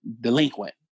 delinquent